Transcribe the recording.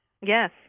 Yes